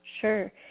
Sure